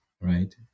right